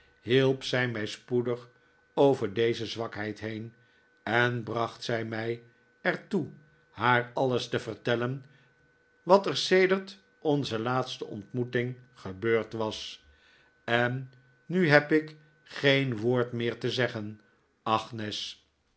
hielp zij mij spoedig over deze zwakheid heen en bracht zij mij er toe haar alles te vertellen wat er sedert onze laatste ontmoeting gebeurd was en nu heb ik geen woord meer te zeggen agnes